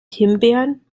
himbeeren